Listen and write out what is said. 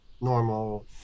normal